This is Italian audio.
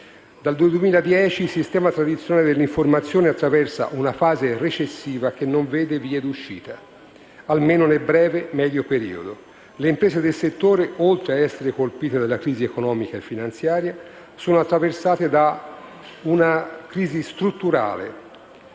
Dal 2010 il sistema tradizionale dell'informazione attraversa una fase recessiva che non vede vie d'uscita, almeno nel breve-medio periodo. Le imprese del settore, oltre ad essere colpite dalla crisi economica e finanziaria, sono attraversate da una crisi strutturale,